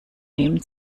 nehmen